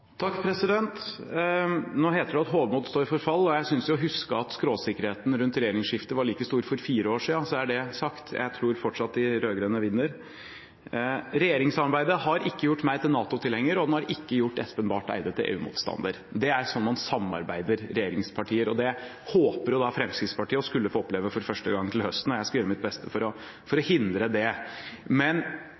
Nå heter det jo at hovmod står for fall, og jeg synes å huske at skråsikkerheten rundt regjeringsskiftet var like stor for fire år siden – så er det sagt. Jeg tror fortsatt de rød-grønne vinner. Regjeringssamarbeidet har ikke gjort meg til NATO-tilhenger, og det har ikke gjort Espen Barth Eide til EU-motstander. Det er sånn man samarbeider i regjeringspartier, og det håper jo Fremskrittspartiet å skulle få oppleve for første gang til høsten. Jeg skal gjøre mitt beste for å hindre det. Men